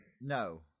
No